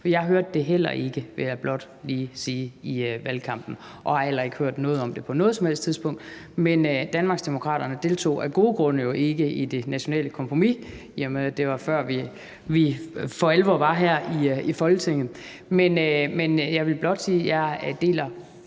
jeg hørte det heller ikke i valgkampen, vil jeg blot lige sige, og har heller ikke hørt noget om det på noget som helst tidspunkt. Men Danmarksdemokraterne deltog jo af gode grunde ikke i det nationale kompromis, i og med at det var, før vi for alvor var her i Folketinget. Men jeg vil blot sige, at jeg til